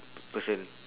person